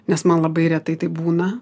nes man labai retai taip būna